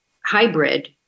hybrid